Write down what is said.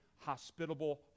hospitable